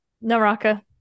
Naraka